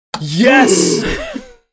Yes